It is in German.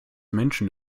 menschen